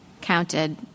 counted